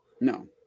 No